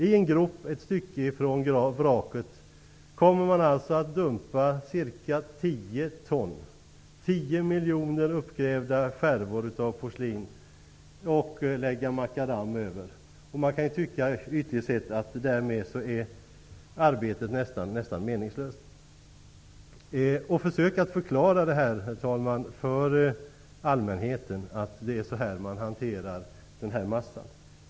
I en grop ett stycke från vraket kommer man att dumpa ca 10 ton, dvs. 10 miljoner, uppgrävda skärvor av porslin och lägga makadam över dem. Man kan ytligt sätt tycka att arbetet därmed nästan har varit meningslöst. Herr talman! Försök att förklara för allmänheten att det är så här man hanterar fyndmassan!